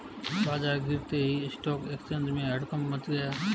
बाजार गिरते ही स्टॉक एक्सचेंज में हड़कंप मच गया